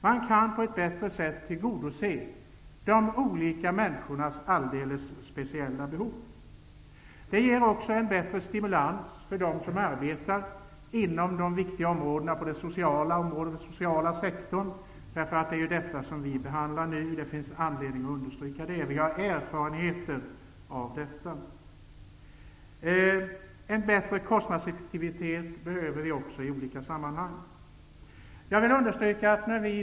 Man kan på ett bättre sätt tillgodose de olika människornas alldeles speciella behov. Det ger också en bättre stimulans för dem som arbetar inom de viktiga områdena i den sociala sektorn. Det är det område vi behandlar nu, och det finns anledning att understryka det jag här har sagt. Vi har erfarenheter av det. En bättre kostnadseffektivitet behöver vi också i olika sammanhang.